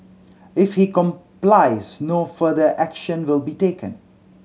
if he complies no further action will be taken